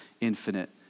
infinite